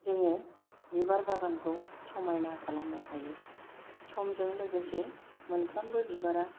जोङो बिबार बागानखौ समायना खालामनो हायो समजों लोगोसे मोनफ्रोमबो बिबारआ